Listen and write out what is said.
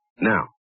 Now